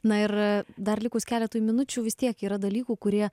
na ir dar likus keletui minučių vis tiek yra dalykų kurie